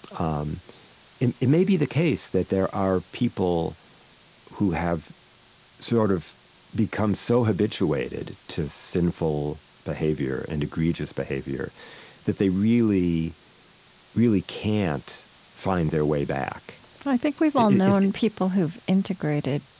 um and it may be the case that there are people who have sort of become so habituated to sinful behavior and egregious behavior that they really really can't find their way back i think we've all known people who've integrated